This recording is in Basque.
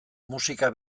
musika